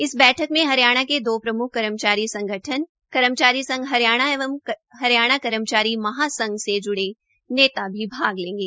इस बैठक में हरियाणा के दो प्रम्ख कर्मचारी संगठन कर्मचारी संघ हरियाणा एंव हरियाणा कर्मचारी महासंघ से ज्ड़े नेता भी भाग लेंगे